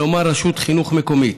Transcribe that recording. כלומר רשות חינוך מקומית